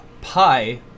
Pi